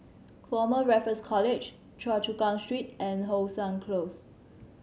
Former Raffles College Choa Chu Kang Street and How Sun Close